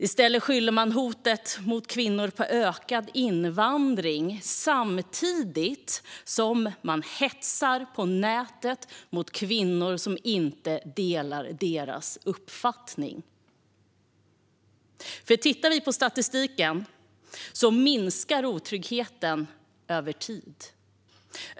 Man skyller hotet mot kvinnor på ökad invandring samtidigt som man på nätet hetsar mot kvinnor som inte delar den uppfattningen. I statistiken kan vi se att otryggheten minskar över tid.